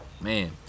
man